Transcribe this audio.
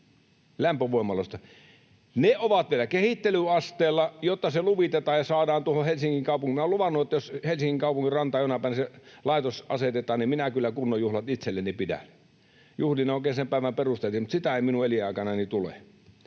lämpövoimaloista. Ne ovat vielä kehittelyasteella. Jotta se laitos luvitetaan ja saadaan Helsingin kaupungille... Olen luvannut, että jos Helsingin kaupungin rantaan jonain päivänä se laitos asetetaan, niin minä kyllä kunnon juhlat itselleni pidän. Juhlin sen päivän oikein perusteellisesti, mutta sitä ei minun elinaikanani tule.